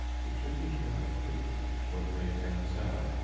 it should be dried quickly, or it may turn sour,